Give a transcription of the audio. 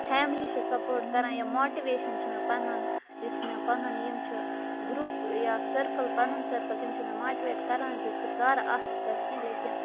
family چھےٚ support کَران یا ماٹِویشَن چھِ مےٚ پَنُن یُس مےٚ پَنُن یِم چھِ گرٛوٗپ یا سٔرکٕل پَنُن سٔرکٕل تِم چھِ مےٚ ماٹِویٹ کَران زِ ژٕ کَر اَتھ پٮ۪ٹھ کیٚنٛہہ لیکِن